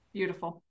beautiful